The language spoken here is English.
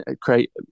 create